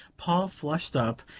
paul flushed up,